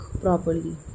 properly